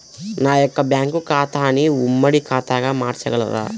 నా యొక్క బ్యాంకు ఖాతాని ఉమ్మడి ఖాతాగా మార్చగలరా?